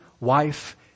wife